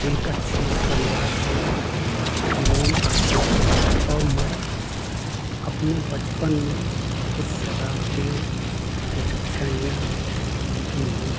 एक अच्छे परिवार से बिलोंग करते हैं और मैं अपने बचपन में कुछ शरारतें कुछ अच्छाइयाँ की हूँ